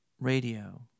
Radio